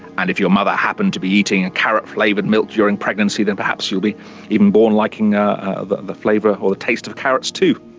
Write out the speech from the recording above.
and if your mother happened to be eating a carrot flavoured milk during pregnancy, then perhaps you even born liking ah the the flavour or the taste of carrots too.